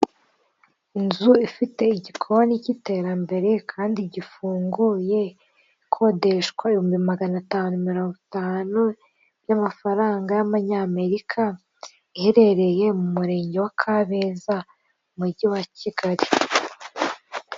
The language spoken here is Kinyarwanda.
Inzu ifite igikoni cy'iterambere kandi gifunguye, ikodeshwa ibihumbi magana atanu mirongo itanu, yamafaranga y'amanyamerika, iherereye mu murenge wa Kabeza mu mujyi wa Kigali.